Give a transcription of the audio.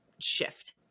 shift